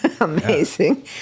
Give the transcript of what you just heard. amazing